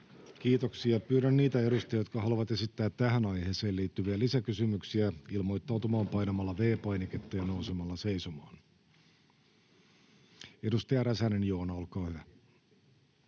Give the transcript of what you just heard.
Kiitoksia — Pyydän niitä edustajia, jotka haluavat esittää tähän aiheeseen liittyviä lisäkysymyksiä, ilmoittautumaan painamalla V-painiketta ja nousemalla seisomaan. — Edustaja Räsänen, Joona, olkaa hyvä.